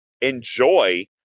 enjoy